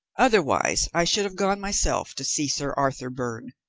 otherwise i should have gone myself to see sir arthur byrne.